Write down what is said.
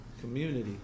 community